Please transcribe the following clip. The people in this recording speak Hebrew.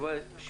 שלום לכולם.